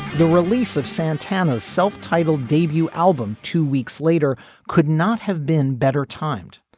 the release of santana's self-titled debut album two weeks later could not have been better timed.